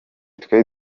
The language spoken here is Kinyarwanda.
twe